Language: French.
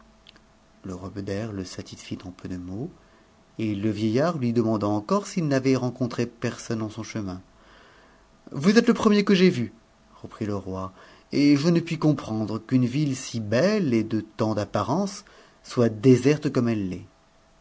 roi beder le satisfit en peu de mots et le vieillard lui demanda encore s'il n'avait rencontré personne en son chemin vous êtes le premier que j'aie vu reprit le roi et je ne puis comprendre qu'une ville si belle et de tant d'apparence soit déserte comme elle l'est